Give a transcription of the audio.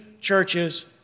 churches